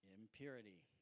impurity